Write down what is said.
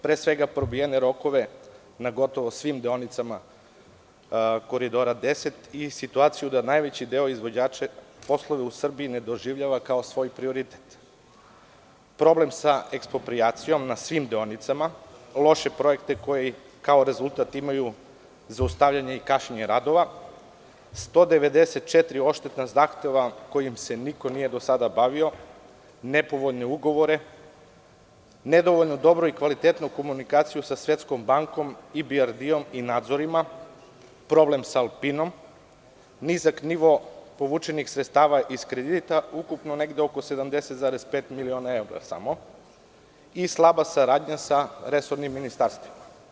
Pre svega, probijene rokove na gotovo svim deonicama Koridora 10 i situaciju da najveći deo izvođača poslove u Srbiji ne doživljava kao svoj prioritet, problem sa eksproprijacijom na svim deonicama, loše projekte koji kao rezultat imaju zaustavljanje i kašnjenje radova, 194 odštetna zahteva kojim se niko do sada nije bavio, nepovoljne ugovore, nedovoljno dobru i kvalitetnu komunikaciju sa Svetskom bankom, EBRD i nadzorima, problem sa „Alpinom“, nizak nivo povučenih sredstava iz kredita u iznosu od oko 170,5 miliona evra i slaba saradnja sa resornim ministarstvom.